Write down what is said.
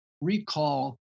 recall